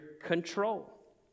control